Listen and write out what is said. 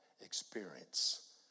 experience